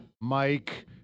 Mike